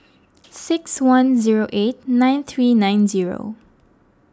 six one zero eight nine three nine zero